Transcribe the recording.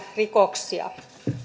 rikoksia